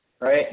right